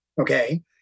okay